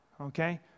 okay